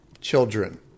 children